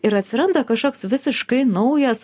ir atsiranda kažkoks visiškai naujas